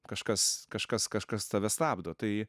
kažkas kažkas kažkas tave stabdo tai